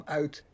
uit